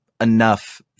enough